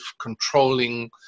controlling